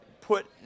put